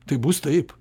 tai bus taip